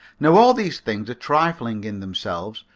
now all of these things are trifling in themselves,